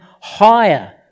higher